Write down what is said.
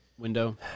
window